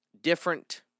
different